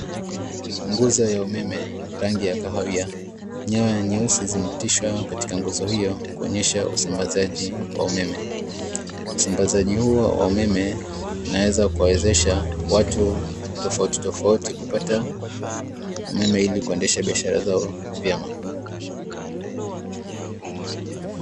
Nguzo ya umeme rangi ya kahawia, nyaya nyeusi zimepitishwa katika nguzo hiyo kuonesha usambazaji wa umeme. Usambazaji huo wa umeme unaweza kuwawezesha watu tofautitofauti kupata umeme ili kuendesha biashara zao vyema.